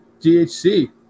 DHC